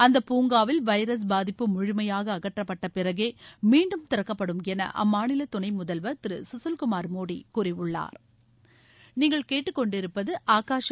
அந்த பூங்காவில் வைரஸ் பாதிப்பு முழுமையாக அகற்றப்பட்ட பிறகே மீண்டும் திறக்கப்படும் என அம்மாநில துணை முதல்வா் திரு சுசில்குமாா் மோடி கூறியுள்ளாா்